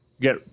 get